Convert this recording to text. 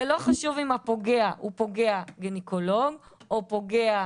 זה לא חשוב אם הפוגע הוא פוגע גניקולוג או פוגע